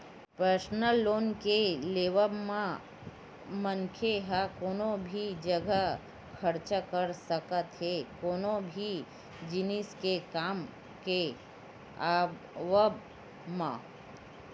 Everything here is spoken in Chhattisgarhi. परसनल लोन के लेवब म मनखे ह कोनो भी जघा खरचा कर सकत हे कोनो भी जिनिस के काम के आवब म